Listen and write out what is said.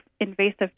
invasive